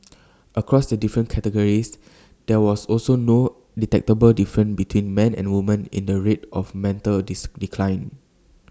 across the different categories there was also no detectable difference between man and woman in the rates of mental A dis decline